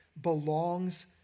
belongs